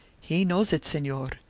he knows it, senor,